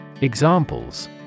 Examples